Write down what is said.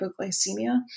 hypoglycemia